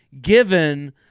given